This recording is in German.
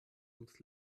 ums